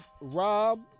Rob